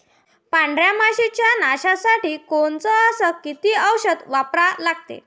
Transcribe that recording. पांढऱ्या माशी च्या नाशा साठी कोनचं अस किती औषध वापरा लागते?